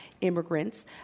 immigrants